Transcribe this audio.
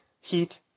heat